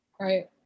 right